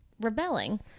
rebelling